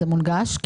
זה מונגש?